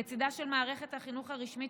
לצידה של מערכת החינוך הרשמית,